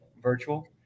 virtual